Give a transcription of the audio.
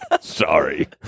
Sorry